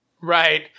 Right